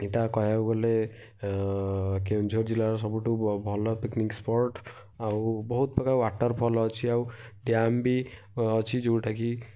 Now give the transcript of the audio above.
ଏଇଟା କହିବାକୁ ଗଲେ କେଉଁଝର ଜିଲ୍ଲାର ସବୁଠୁ ଭଲ ପିକ୍ନିକ୍ ସ୍ପଟ୍ ଆଉ ବହୁତ ପ୍ରକାର ୱାଟର୍ ଫଲ୍ ଅଛି ଆଉ ଡ୍ୟାମ୍ ବି ଅଛି ଯେଉଁଟା କି